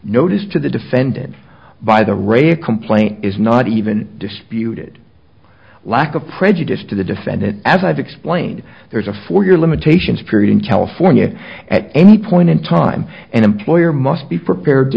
notice to the defendant by the re a complaint is not even disputed lack of prejudice to the defendant as i've explained there is a for your limitations period in california at any point in time an employer must be prepared to